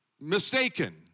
mistaken